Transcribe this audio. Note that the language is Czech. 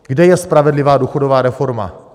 Kde je spravedlivá důchodová reforma?